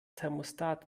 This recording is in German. thermostat